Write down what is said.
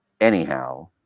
Anyhow